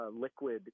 liquid